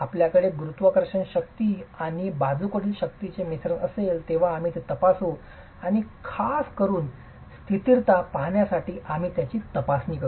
आपल्याकडे गुरुत्वाकर्षण शक्ती आणि बाजूकडील शक्तींचे मिश्रण असेल तेव्हा आम्ही ते तपासू आणि खासकरुन स्थिरता पाहण्यासाठी आम्ही त्यांची तपासणी करू